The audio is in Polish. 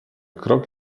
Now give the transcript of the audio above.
krok